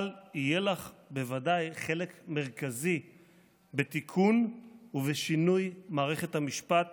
אבל יהיה לך בוודאי חלק מרכזי בתיקון ובשינוי מערכת המשפט